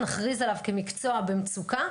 נכריז עליו כמקצוע במצוקה,